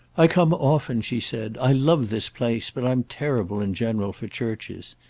i come often, she said. i love this place, but i'm terrible, in general, for churches.